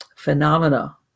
phenomena